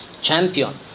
champions